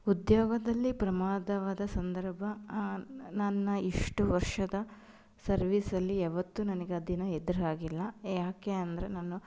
ಉದ್ಯೋಗದಲ್ಲಿ ಪ್ರಮಾದವಾದ ಸಂದರ್ಭ ನನ್ನ ಇಷ್ಟು ವರ್ಷದ ಸರ್ವೀಸಲ್ಲಿ ಯಾವತ್ತೂ ನನಗೆ ಆ ದಿನ ಎದುರಾಗಿಲ್ಲ ಯಾಕೆ ಅಂದರೆ ನಾನು